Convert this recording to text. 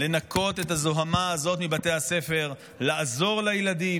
לנקות את הזוהמה הזאת מבתי הספר, לעזור לילדים.